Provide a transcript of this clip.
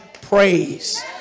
praise